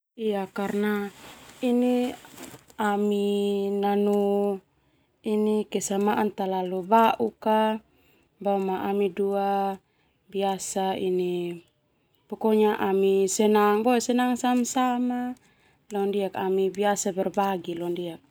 Ia karna ini ami nanu kesamaan talalu bauk ka boema ami dua senang boe sama-sama ami biasa berbagi.